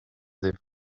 des